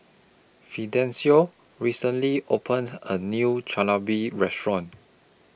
Fidencio recently opened A New Chigenabe Restaurant